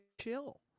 chill